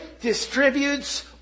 distributes